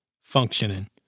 functioning